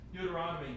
Deuteronomy